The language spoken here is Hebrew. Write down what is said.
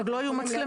עוד לא היו מצלמות.